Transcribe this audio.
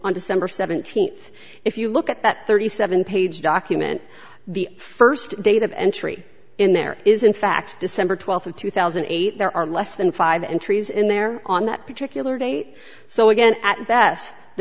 on december seventeenth if you look at that thirty seven page document the first date of entry in there is in fact december twelfth of two thousand and eight there are less than five entries in there on that particular day so again